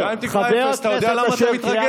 אתה יודע למה אתה מתרגז?